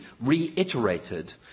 reiterated